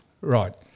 Right